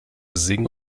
sing